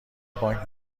بانک